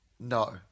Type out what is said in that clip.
No